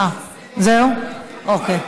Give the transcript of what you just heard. אוקיי.